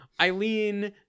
Eileen